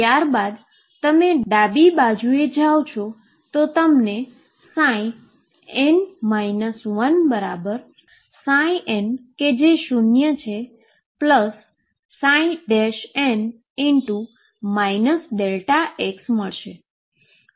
ત્યારબાદ તમે ડાબી બાજુએ જાઓ છો તમને N 1ψજે શુન્ય છે N Δx મળશે